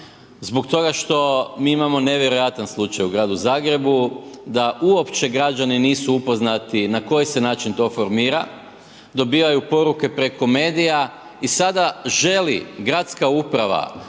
zbog toga što mi imamo nevjerojatan slučaj u gradu Zagrebu da uopće građani nisu upoznati na koji se način to formira, dobivaju poruke preko medija i sada želi gradska uprava